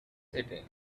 setting